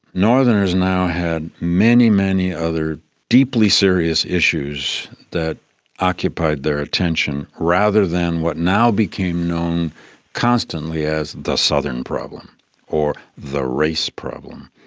northerners now had many, many other deeply serious issues that occupied their attention rather than what now became known constantly as the southern problem or the race problem.